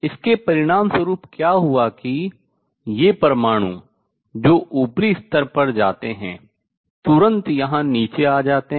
इसके परिणामस्वरूप क्या हुआ कि ये परमाणु जो ऊपरी स्तर पर जाते हैं तुरंत यहाँ नीचे आ जाते हैं